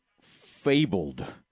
fabled